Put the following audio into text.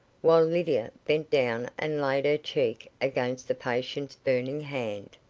while lydia bent down and laid her cheek against the patient's burning hand.